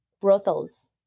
brothels